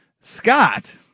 Scott